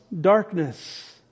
darkness